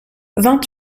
vingt